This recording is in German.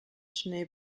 schnee